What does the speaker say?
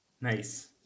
Nice